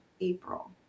April